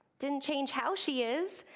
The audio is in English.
didn't change how she is.